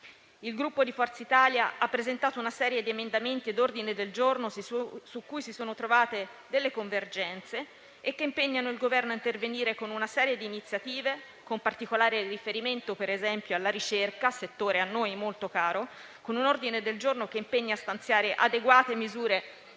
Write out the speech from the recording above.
Il Gruppo Forza Italia ha presentato una serie di emendamenti e di ordini del giorno su cui si sono trovate delle convergenze, che impegnano il Governo a intervenire con una serie di iniziative, con particolare riferimento per esempio alla ricerca - settore a noi molto caro - con un ordine del giorno che impegna a stanziare adeguate misure